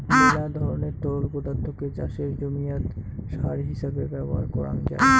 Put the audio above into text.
মেলা ধরণের তরল পদার্থকে চাষের জমিয়াত সার হিছাবে ব্যবহার করাং যাই